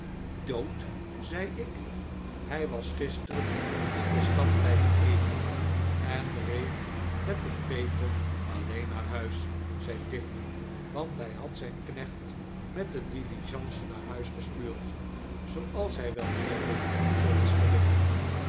dood zei ik hij was gisteren in de stad blijven eten en reed met den phaeton alleen naar huis zei tiffey want hij had zijn knecht met de diligence naar huis gestuurd zooals hij wel meer deed zooals ge weet